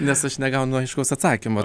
nes aš negaunu aiškaus atsakymo